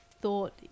thought